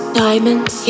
diamonds